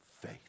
faith